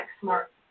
smart